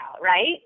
right